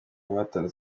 batanze